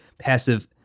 passive